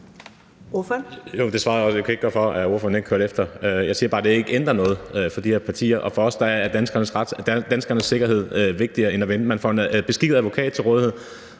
Jeg siger bare, at det ikke ændrer noget for de her partier. For os er danskernes sikkerhed vigtigere end at vinde. Man får en beskikket advokat til rådighed,